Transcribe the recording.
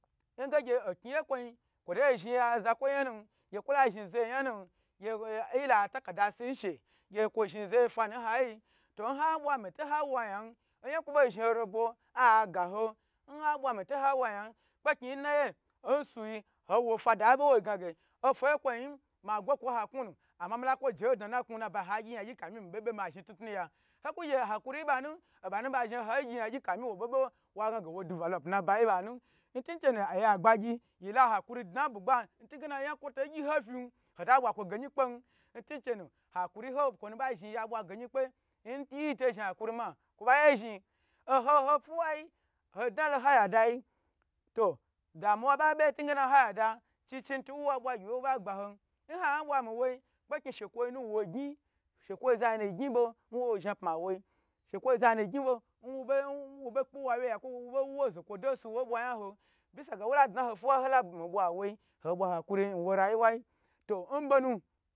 Nge gye okni ye kwo yi kwoto zhni ya zakwoyi yan nu kwo la zhni za ye yan nu gye yila ta karda si nshe gye kwo zhni za ye fan n hayi to n ha bwa mi to ha wa yon yan oyan kwo bo zhni ho robo hega ho nha bwa mi to ha wayan kpe kni n naye nsu ho wo fada be wo gna ge ofa kwo yi ma gwo kwo n haknu nu ama mi lakwo jehoho de na knu n naba yi ha gyi yagyi kafin mi be bo ma zhni tnutnu ya hoku gye hakuri ba nu obanu ba zhni hoi gyi naygyi kafin wo bei be wagna ge wo develop n nabayi ba nu ntuchenu oye agbagyi yila hakuri dna bugba ntugena oyan kwo to gyi hofin hota bwa kwo geyin kpen ntunchenu hakuri ho kwonu ba zhi ma bwa geyi kpe n nyi to zhi hakuri ma kwo ba ye zhni ohoho puwayi hodnalo haya dayi damuwa babe n tingena chichi nuto nwoye wa bwa gyi wye wo ba hon nha bwa mi woi kpekni she kwo nuwo gyn shekwo zanu gyn bo nwo zhapma woi shekwo zanu gyn bo nwo bo kpe wa wye ya kwo wo wu wo zokwo woi bwa yan ho bisaga waladna ho fuwa hola mi bwa woi hoi bwa hakuri nwo rayuwayi to nbonu.